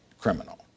criminal